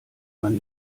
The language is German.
man